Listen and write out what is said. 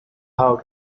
how